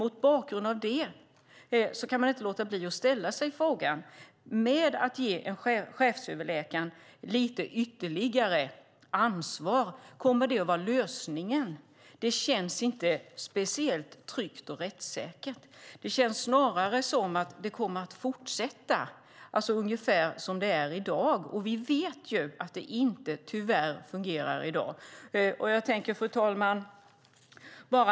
Mot bakgrund av det kan man inte låta bli att ställa sig frågan: Är det en lösning att ge lite ytterligare ansvar till chefsöverläkaren? Det känns inte speciellt tryggt eller rättssäkert. Det känns snarare som att det kommer att fortsätta ungefär som i dag, och vi vet ju att det tyvärr inte fungerar i dag. Fru talman!